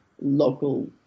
local